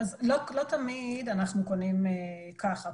לא תמיד אנחנו קונים ככה.